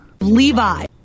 Levi